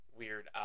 weird